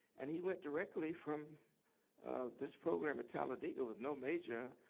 and he went directly from this program at talledega, with no major,